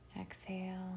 Exhale